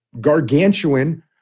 gargantuan